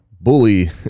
bully